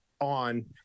on